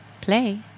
Play